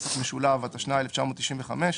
התשנ"ה 1995‏,